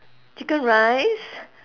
chicken rice